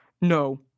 No